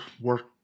work